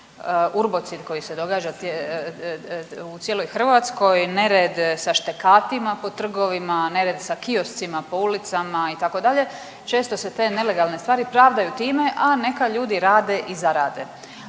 ubrocid koji se događa u cijeloj Hrvatskoj, nered sa štekatima po trgovima, nered sa kioscima po ulicama itd., često se te nelegalne stvari pravdaju time, a neka ljudi rade i zarade.